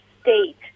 state